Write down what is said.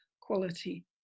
quality